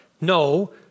No